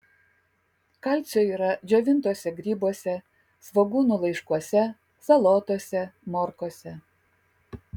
kalcio yra džiovintuose grybuose svogūnų laiškuose salotose morkose